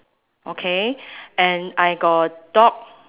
okay and I got dog